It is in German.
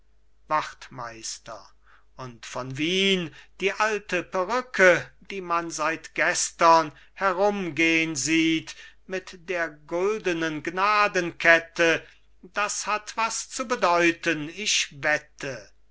wachtmeister und von wien die alte perücke die man seit gestern herumgehn sieht mit der guldenen gnadenkette das hat was zu bedeuten ich wette